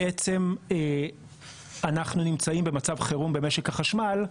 בעצם אנחנו נמצאים במצב חירום במשק החשמל,